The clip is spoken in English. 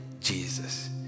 Jesus